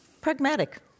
Pragmatic